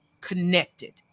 connected